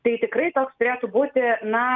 tai tikrai toks turėtų būti na